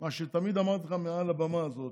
מה שתמיד אמרתי לך מעל הבמה הזו,